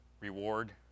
reward